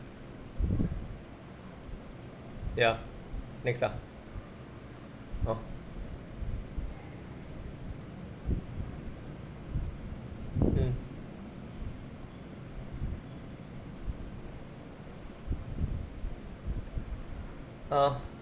ya next ah hor mm uh